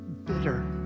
bitter